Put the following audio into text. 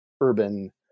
urban